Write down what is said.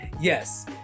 yes